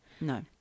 No